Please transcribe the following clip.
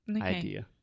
idea